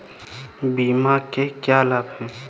बीमा के क्या लाभ हैं?